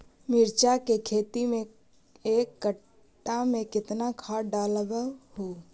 मिरचा के खेती मे एक कटा मे कितना खाद ढालबय हू?